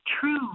true